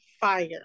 fire